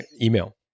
email